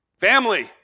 Family